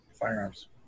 Firearms